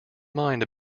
mind